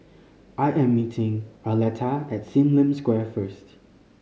I am meeting Arletta at Sim Lim Square first